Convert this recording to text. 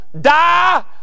die